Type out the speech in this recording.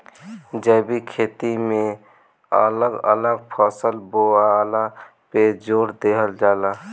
जैविक खेती में अलग अलग फसल बोअला पे जोर देहल जाला